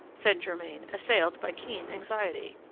said germain, assailed by keen anxiety.